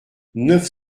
neuf